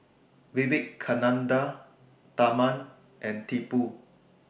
Vivekananda Tharman and Tipu